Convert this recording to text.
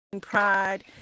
pride